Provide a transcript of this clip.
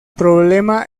problema